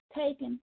taken